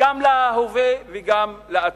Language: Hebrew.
גם להווה וגם לעתיד.